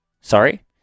Sorry